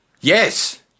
Yes